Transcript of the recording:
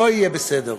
לא יהיה בסדר.